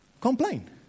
complain